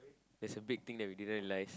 there's a big thing that we didn't realise